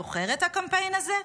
זוכר את הקמפיין הזה?